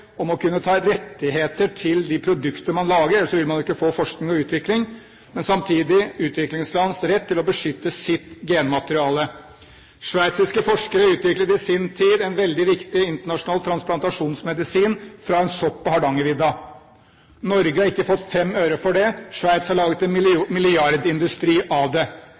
om å kunne ta rettigheter til de produkter man lager – ellers vil man jo ikke få forskning og utvikling – og samtidig utviklingslands rett til å beskytte sitt genmateriale. Sveitsiske forskere utviklet i sin tid en veldig viktig internasjonal transplantasjonsmedisin fra en sopp på Hardangervidda. Norge har ikke fått fem øre for det. Sveits har laget en milliardindustri av det.